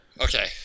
Okay